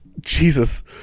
jesus